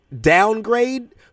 downgrade